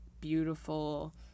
beautiful